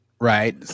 right